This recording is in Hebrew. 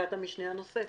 חקיקת המשנה הנוספת.